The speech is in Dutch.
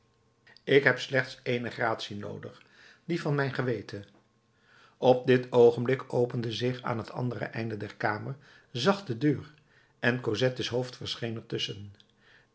ik heb slechts ééne gratie noodig die van mijn geweten op dit oogenblik opende zich aan t andere einde der kamer zacht de deur en cosette's hoofd verscheen er tusschen